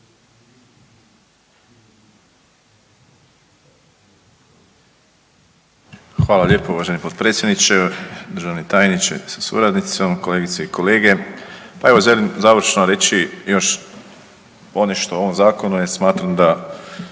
Hvala lijepo. Uvaženi potpredsjedniče, državni tajniče sa suradnicom, kolegice i kolege. Pa evo želim završno reći još ponešto o ovom zakonu jer smatram da